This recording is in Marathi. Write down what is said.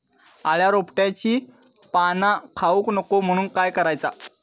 अळ्या रोपट्यांची पाना खाऊक नको म्हणून काय करायचा?